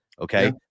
okay